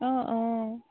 অঁ অঁ